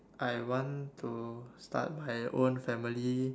I want to start my own family